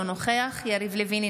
אינו נוכח יריב לוין,